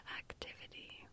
activity